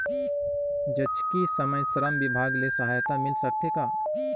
जचकी समय श्रम विभाग ले सहायता मिल सकथे का?